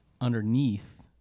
underneath